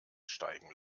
steigen